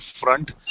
front